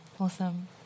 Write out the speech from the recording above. awesome